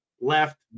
left